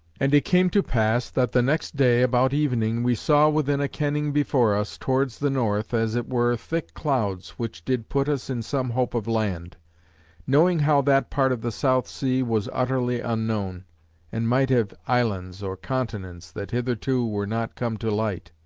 and it came to pass that the next day about evening we saw within a kenning before us, towards the north, as it were thick clouds, which did put us in some hope of land knowing how that part of the south sea was utterly unknown and might have islands, or continents, that hitherto were not come to light.